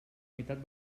meitat